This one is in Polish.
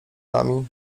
nami